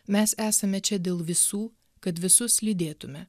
mes esame čia dėl visų kad visus lydėtume